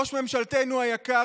ראש ממשלתנו היקר,